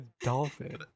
dolphin